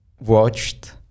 watched